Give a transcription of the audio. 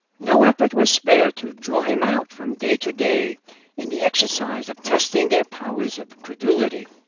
no effort was spared to draw him out from day to day in the exercise of testing their powers of credulity,